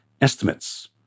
estimates